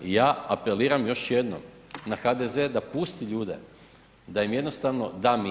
I ja apeliram još jedno na HDZ da pusti ljude, da im jednostavno da mira.